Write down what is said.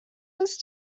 was